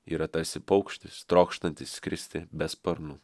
yra tarsi paukštis trokštantis skristi be sparnų